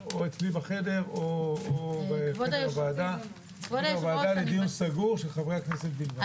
אצלי בחדר או בחדר הוועדה לדיון סגור של חברי הכנסת בלבד.